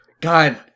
God